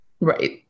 Right